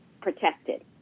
protected